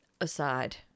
aside